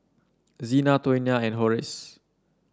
Zina Tawnya and Horace